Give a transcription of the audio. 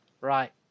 right